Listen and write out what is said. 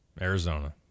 Arizona